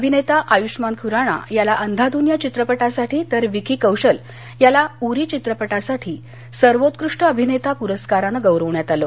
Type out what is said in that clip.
अभिनेता आयुष्यमान खुराना याला अंदाधुन या चित्रपटासाठी तर विकी कौशल याला उरी चित्रपटासाठी सर्वोत्कृष्ट अभिनेता पुरस्कारानं गौरवण्यात आलं